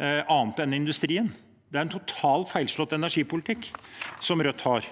andre enn industrien? Det er en totalt feilslått energipolitikk som Rødt har.